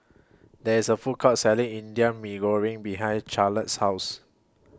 There IS A Food Court Selling Indian Mee Goreng behind Charlotte's House